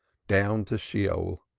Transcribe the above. down to sheol.